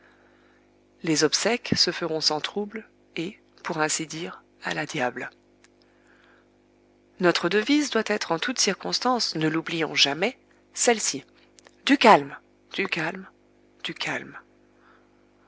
les obsèques se feront sans trouble et pour ainsi dire à la diable notre devise doit être en toute circonstance ne l'oublions jamais celle-ci du calme du calme du calme